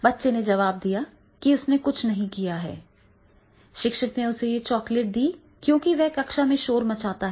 बच्चे ने जवाब दिया कि उसने कुछ नहीं किया है शिक्षक ने उसे यह चॉकलेट दी क्योंकि वह कक्षा में शोर मचाता है